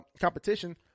competition